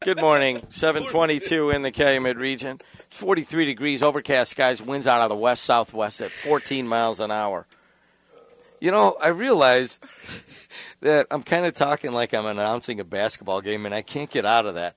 good morning seven twenty two when they came in region forty three degrees overcast skies winds out of the west southwest at fourteen miles an hour you know i realize that i'm kind of talking like i'm announcing a basketball game and i can't get out of that